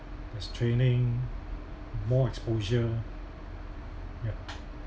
there's training and more exposure ya